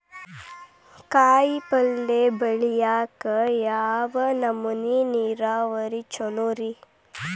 ಕಾಯಿಪಲ್ಯ ಬೆಳಿಯಾಕ ಯಾವ್ ನಮೂನಿ ನೇರಾವರಿ ಛಲೋ ರಿ?